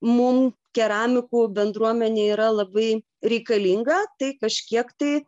mum keramikų bendruomenei yra labai reikalinga tai kažkiek tai